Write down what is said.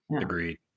Agreed